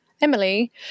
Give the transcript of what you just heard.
Emily